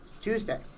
Tuesday